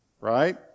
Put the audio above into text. right